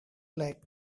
like